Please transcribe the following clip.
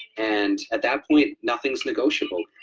and at that point, nothing's negotiable.